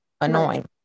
annoying